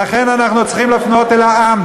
ולכן אנחנו צריכים לפנות אל העם.